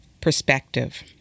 perspective